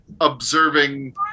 observing